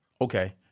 Okay